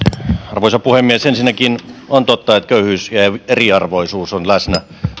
arvoisa puhemies ensinnäkin on totta että köyhyys ja ja eriarvoisuus on läsnä